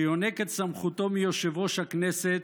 שיונק את סמכותו מיושב-ראש הכנסת,